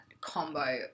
combo